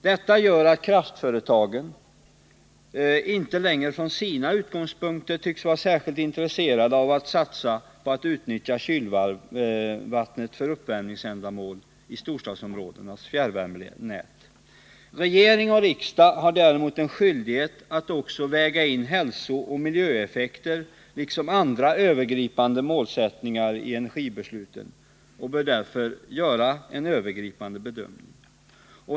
Detta gör att kraftföretagen inte längre från sina utgångspunkter tycks vara särskilt intresserade av att satsa på att utnyttja kylvattnet för uppvärmningsändamål i storstadsområdenas fjärrvärmenät. Regering och riksdag har däremot en skyldighet att också väga in hälsooch miljöeffekter liksom andra övergripande målsättningar i energibesluten och bör därför göra en övergripande bedömning.